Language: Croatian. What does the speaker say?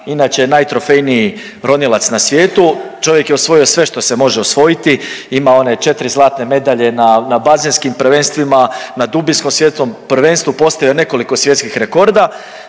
inače je najtrofejniji ronilac na svijetu, čovjek je osvojio sve što se može osvojiti, ima one 4 zlatne medalje na, na bazenskim prvenstvima, na dubinskom svjetskom prvenstvu postavio je nekoliko svjetskih rekorda,